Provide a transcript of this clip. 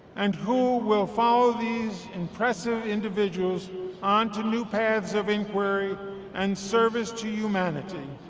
and who will follow these impressive individuals on to new paths of inquiry and service to humanity?